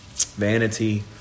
Vanity